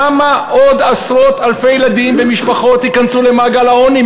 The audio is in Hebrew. כמה עוד עשרות אלפי ילדים ומשפחות ייכנסו למעגל העוני?